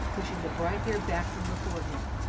pushed the bright hair back from the forehead,